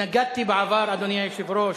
התנגדתי בעבר, אדוני היושב-ראש,